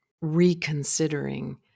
reconsidering